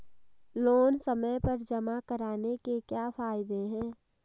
Loan समय पर जमा कराने के क्या फायदे हैं?